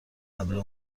قبل